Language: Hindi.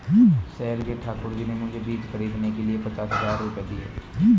शहर के ठाकुर जी ने मुझे बीज खरीदने के लिए पचास हज़ार रूपये दिए